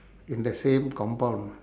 in the same compound